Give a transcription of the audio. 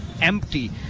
empty